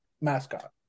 mascot